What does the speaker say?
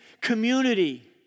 community